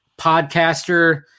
podcaster